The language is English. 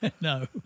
No